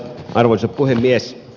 arvoisa puhemies